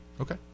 okay